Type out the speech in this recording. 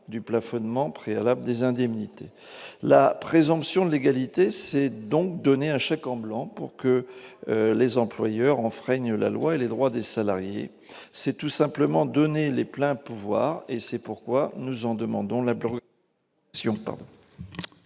du plafonnement préalable des indemnités. La présomption de légalité, c'est donc donner un chèque en blanc pour que les employeurs enfreignent la loi et les droits des salariés. C'est tout simplement leur donner les pleins pouvoirs. C'est pourquoi nous demandons l'abrogation